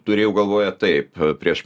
turėjau galvoje taip prieš